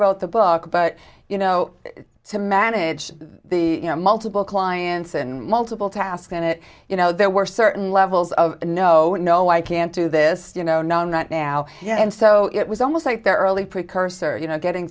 wrote the book but you know to manage the multiple clients and multiple tasks in it you know there were certain levels of no no i can't do this you know no not now and so it was almost like their early precursor you know getting